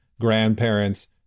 grandparents